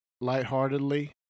lightheartedly